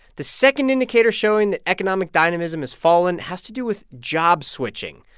the second indicator showing that economic dynamism has fallen has to do with job switching,